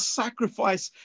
sacrifice